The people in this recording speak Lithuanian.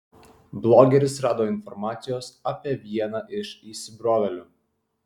blogeris rado informacijos apie vieną iš įsibrovėlių